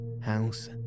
House